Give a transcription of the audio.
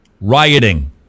rioting